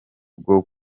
rwo